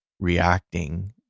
reacting